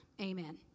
Amen